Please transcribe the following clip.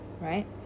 right